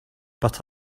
but